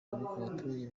abaturage